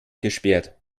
gesperrt